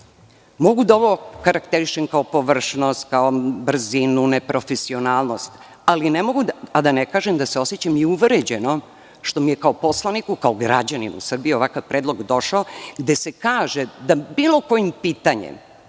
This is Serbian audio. Mogu da ovo okarakterišem kao površnost, kao brzinu, neprofesionalnost, ali ne mogu a da ne kažem da se osećam i uvređeno što mi je kao poslaniku, kao građaninu Srbije ovakav predlog došao, gde se kaže da bilo kojim pitanjem,